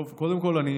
קודם כול, אני